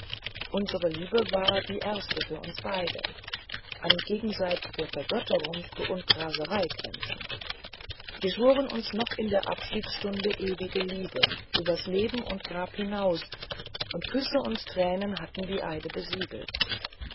unsere liebe war die erste für uns beide an gegenseitige vergötterung und raserei grenzend wir schworen uns noch in der abschiedsstunde ewige liebe über leben und grab hinaus und küsse und tränen hatten die eide besiegelt